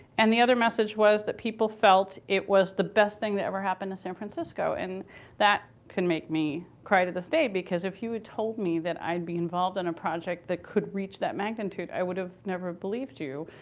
and the other message was that people felt it was the best thing that ever happened to san francisco. and that can make me cry to this day. because if you had told me that i'd be involved in a project that could reach that magnitude, i would have never believed you.